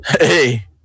Hey